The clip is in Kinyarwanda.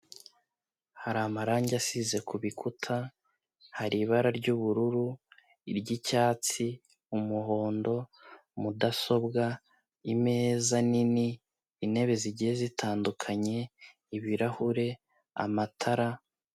Hari amarangi asize ku bikuta, hari ibara ry'ubururu, iry'icyatsi, umuhondo, mudasobwa, imeza nini, intebe zigiye zitandukanye, ibirahure, amatara